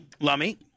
Lummy